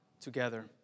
together